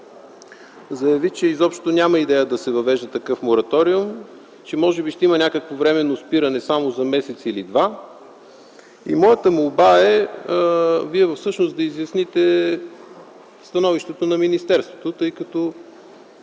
заяви, че изобщо няма идея да се въвежда такъв мораториум, че може би ще има някакво „временно спиране” само за месец или два. Моята молба е Вие да изясните становището на министерството, тъй като